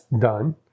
done